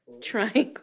Triangle